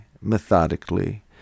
methodically